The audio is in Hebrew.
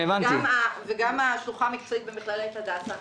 וגם השלוחה המקצועית במכללת הדסה.